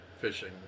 fishing